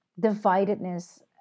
dividedness